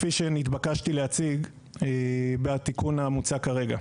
כפי שנתבקשתי להציג בתיקון המוצע כרגע.